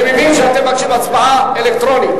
אני מבין שאתם מבקשים הצבעה אלקטרונית.